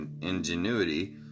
ingenuity